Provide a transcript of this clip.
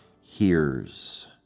hears